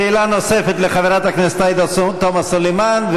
שאלה נוספת לחברת הכנסת עאידה תומא סלימאן.